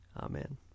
Amen